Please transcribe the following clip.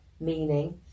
meaning